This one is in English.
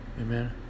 Amen